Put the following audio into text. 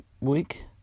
week